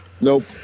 Nope